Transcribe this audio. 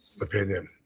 opinion